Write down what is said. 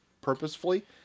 purposefully